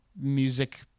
music